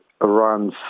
runs